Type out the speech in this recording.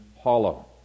hollow